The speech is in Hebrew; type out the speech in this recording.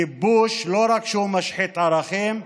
כיבוש, לא רק שהוא משחית ערכים,